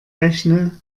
rechne